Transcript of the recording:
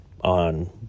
On